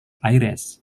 aires